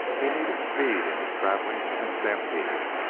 he needed speed in his travelling and stampeding.